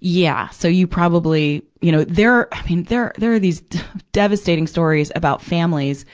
yeah. so you probably. you know, there, i mean, there there are these devastating stories about families